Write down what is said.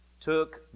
took